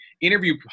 interview